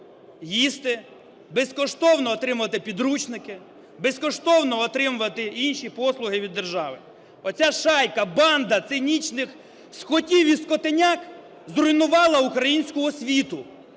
їсти, безкоштовно отримувати підручники, безкоштовно отримувати інші послуги від держави. Оця шайка, банда цинічних скотів і скотиняк, зруйнувала українську освіту,